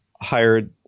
hired